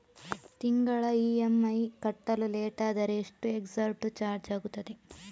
ತಿಂಗಳ ಇ.ಎಂ.ಐ ಕಟ್ಟಲು ಲೇಟಾದರೆ ಎಷ್ಟು ಎಕ್ಸ್ಟ್ರಾ ಚಾರ್ಜ್ ಆಗುತ್ತದೆ?